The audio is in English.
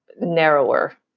narrower